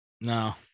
no